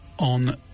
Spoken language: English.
on